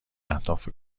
اهداف